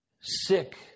sick